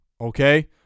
okay